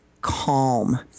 calm